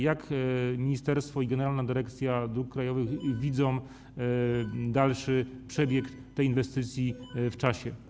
Jak ministerstwo i generalna dyrekcja dróg krajowych widzą dalszy przebieg tej inwestycji w czasie?